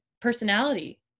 personality